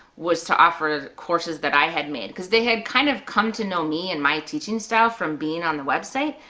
was to offer courses that i had made, cause they had kind of come to know me and my teaching style from being on the website,